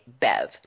BEV